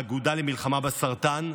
האגודה למלחמה בסרטן,